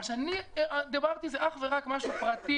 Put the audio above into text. מה שאני דיברתי זה אך ורק משהו פרטי,